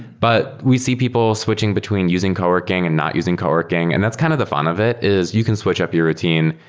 but we see people switching between using co-working and not using co-working, and that's kind of the fun of it, is you can switch up your routine.